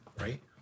Right